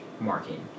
marking